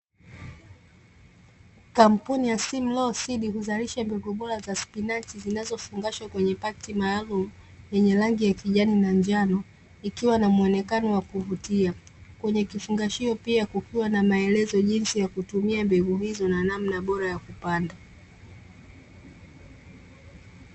Kampuni ya "SIMLAW SEEDS" huzalisha mbegu bora za spinachi zinazofungashwa kwenye pakiti maalumu yenye rangi ya kijani na njano, ikiwa na muonekano wa kuvutia, kwenye kifungashio pia kukiwa na maelezo jinsi ya kutumia mbegu hizo na namna bora ya kupanda.